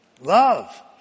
love